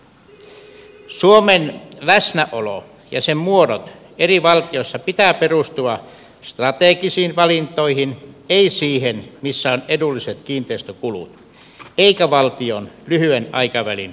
suomen läsnäolon ja sen muotojen eri valtioissa pitää perustua strategisiin valintoihin ei siihen missä on edulliset kiinteistökulut eikä valtion lyhyen aikavälin säästötalkoisiin